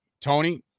Tony